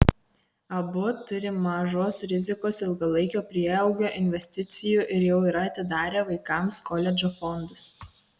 abu turi mažos rizikos ilgalaikio prieaugio investicijų ir jau yra atidarę vaikams koledžo fondus